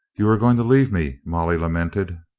you are going to leave me, molly lamented.